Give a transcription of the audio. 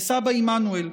וסבא עמנואל,